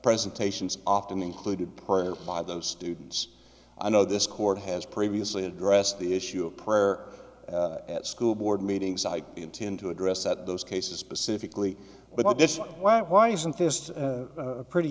presentations often included prayer by those students i know this court has previously addressed the issue of prayer at school board meetings i intend to address that those cases specifically but my bishop well why isn't this a pretty